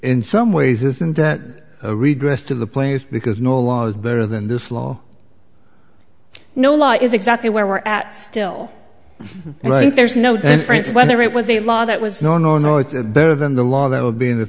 in some ways isn't that a redress to the players because no law is better than this law no law is exactly where we're at still and i think there's no difference whether it was a law that was no no no it's better than the law that would be in the